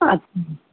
अच्छा